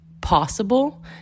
possible